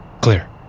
Clear